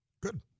Good